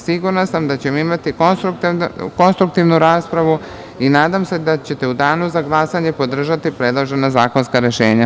Sigurna sam da ćemo imati konstruktivnu raspravu i nadam se da ćete u danu za glasanje podržati predložena zakonska rešenja.